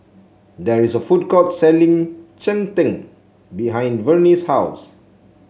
there is a food court selling Cheng Tng behind Vernie's house